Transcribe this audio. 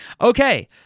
Okay